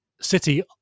City